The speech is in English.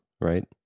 right